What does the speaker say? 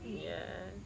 ya